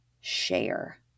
share